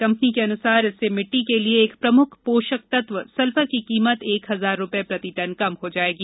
company के अनुसार इससे मिट्टी के लिए एक प्रमुख पोषक तत्व सल्फर की कीमत एक हजार रुपये प्रति टन कम हो जाएगी